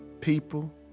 people